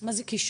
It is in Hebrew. מה זה קישור?